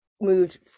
moved